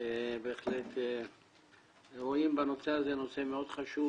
שבהחלט רואים בנושא הזה נושא מאוד חשוב,